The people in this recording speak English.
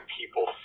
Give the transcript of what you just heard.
people